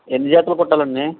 ఎన్ని జతలు కుట్టాలి అండి